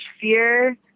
fear